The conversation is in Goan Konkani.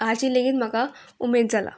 हाजी लेगीत म्हाका उमेद जाला